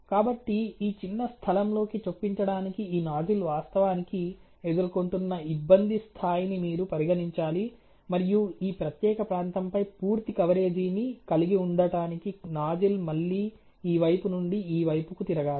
కాబట్టి ఈ చిన్న స్థలంలోకి చొప్పించడానికి ఈ నాజిల్ వాస్తవానికి ఎదుర్కొంటున్న ఇబ్బంది స్థాయిని మీరు పరిగణించాలి మరియు ఈ ప్రత్యేక ప్రాంతంపై పూర్తి కవరేజీని కలిగి ఉండటానికి నాజిల్ మళ్ళీ ఈ వైపు నుండి ఈ వైపుకు తిరగాలి